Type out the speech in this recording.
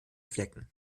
flecken